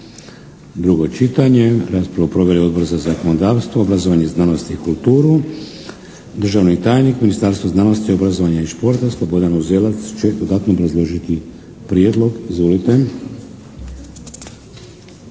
Drugo čitanje. Raspravu je proveo Odbor za zakonodavstvo, obrazovanje, znanost i kulturu. Državni tajnik Ministarstva znanosti, obrazovanja i športa, Slobodan Uzelac će dodatno obrazložiti prijedlog. Izvolite.